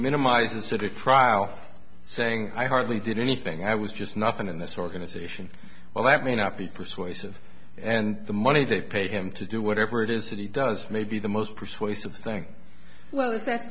minimize the sort of crowd saying i hardly did anything i was just nothing in this organization well that may not be persuasive and the money they paid him to do whatever it is that he does may be the most persuasive thing well if that